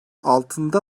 altında